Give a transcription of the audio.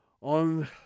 on